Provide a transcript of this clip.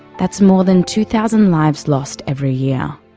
that's more than two thousand lives lost every year.